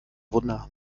wunder